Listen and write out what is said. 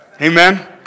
Amen